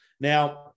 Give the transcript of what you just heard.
Now